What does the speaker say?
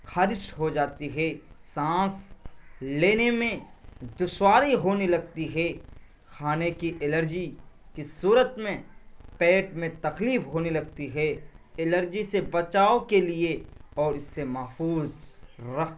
خارش ہو جاتی ہے سانس لینے میں دشواری ہونے لگتی ہے کھانے کی الرجی کی صورت میں پیٹ میں تکلیف ہونے لگتی ہے الرجی سے بچاؤ کے لیے اور اس سے محفوظ رکھ